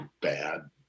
bad